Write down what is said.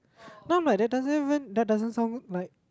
then I'm like that doesn't even that doesn't sound like